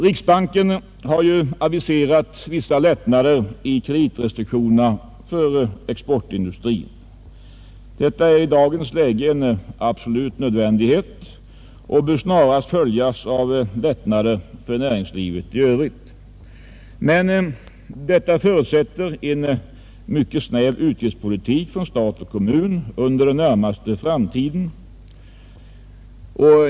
Riksbanken har ju aviserat vissa lättnader i kreditrestriktionerna för exportindustrin. Sådana är i dagens läge en absolut nödvändighet och bör snarast följas av lättnader för näringslivet i övrigt, men det förutsätter en mycket snäv utgiftspolitik från stat och kommun under den närmaste framtiden.